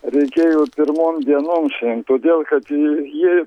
reikėjo pirmom dienom todėl kad ji